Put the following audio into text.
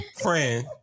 Friend